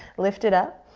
lift it up.